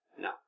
No